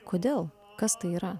kodėl kas tai yra